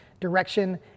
direction